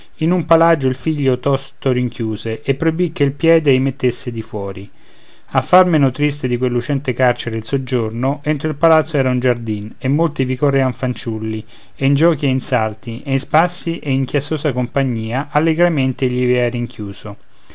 in un palagio il figlio tosto rinchiuse e proibì che il piede ei mettesse di fuori a far men tristo di quel lucente carcere il soggiorno entro il palazzo era un giardin e molti vi accorrevan fanciulli e in giochi e in salti e in spassi ed in chiassosa compagnia allegramente egli vivea rinchiuso